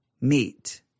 meet